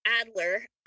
Adler